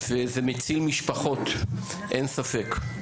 וזה מציל משפחות, אין ספק.